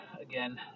again